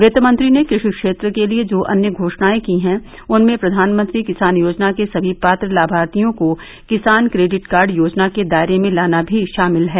वित्तमंत्री ने कृषि क्षेत्र के लिए जो अन्य घोषणाएं की हैं उनमें प्रधानमंत्री किसान योजना के सभी पात्र लाभार्थियों को किसान क्रेडिट कार्ड योजना के दायरे में लाना भी शामिल है